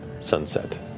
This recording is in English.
sunset